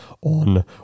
on